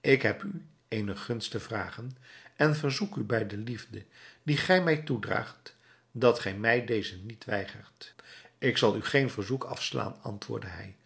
ik heb u eene gunst te vragen en verzoek u bij de liefde die gij mij toedraagt dat gij mij deze niet weigert ik zal u geen verzoek afslaan antwoordde hij